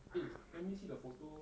eh let me see the photo